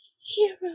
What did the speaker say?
hero